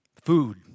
food